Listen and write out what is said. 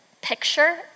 picture